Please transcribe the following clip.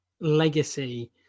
legacy